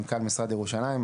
מנכ"ל משרד ירושלים,